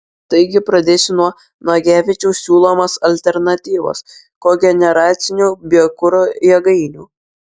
taigi pradėsiu nuo nagevičiaus siūlomos alternatyvos kogeneracinių biokuro jėgainių